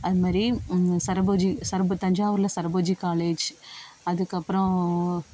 அதுமாதிரி சரபோஜி சரபோ தஞ்சாவூரில் சரபோஜி காலேஜ் அதுக்கப்புறம்